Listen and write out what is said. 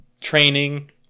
training